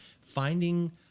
finding